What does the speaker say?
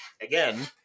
Again